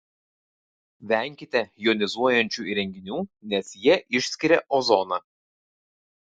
venkite jonizuojančių įrenginių nes jie išskiria ozoną